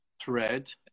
thread